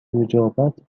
نجابت